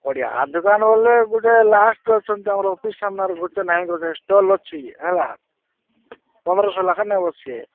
ବଢ଼ିଆ ଦୋକାନ ବେଲେ ହେଲେ ଗୋଟେ ଲାଷ୍ଟ୍ରେ ଅଛନ୍ତି ଆମର ଅଫିସ୍ ସାମ୍ନାର ଗୋଟେ ନାଇଁ ଗୋଟେ ଷ୍ଟଲ୍ ଅଛି ହେଲା ପନ୍ଦରଶହ ଲେଖା ନେବ ସେ